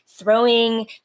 throwing